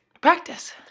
Practice